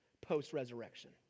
post-resurrection